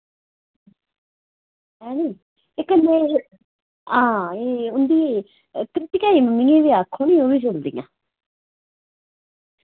हैनी एह् हां इंदी इ'नेंगी आक्खो नी एह् बी चलदियां